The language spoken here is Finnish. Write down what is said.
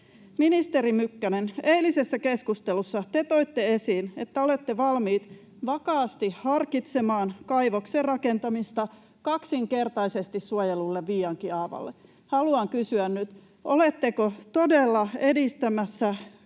Ministeri Mykkänen, eilisessä keskustelussa te toitte esiin, että olette valmis vakaasti harkitsemaan kaivoksen rakentamista kaksinkertaisesti suojellulle Viiankiaavalle? Haluan kysyä nyt: oletteko todella edistämässä